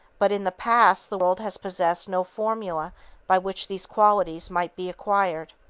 but in the past the world has possessed no formula by which these qualities might be acquired.